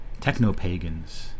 Technopagans